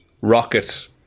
Rocket